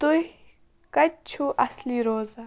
تُہۍ کَتہِ چھُو اَصلی روزان